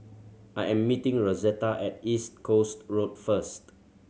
I am meeting Rosetta at East Coast Road first